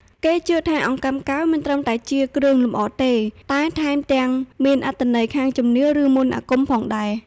គេជឿថាអង្កាំកែវមិនត្រឹមតែជាគ្រឿងលម្អទេ តែថែមទាំងមានអត្ថន័យខាងជំនឿ ឬមន្តអាគមផងដែរ។